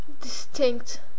Distinct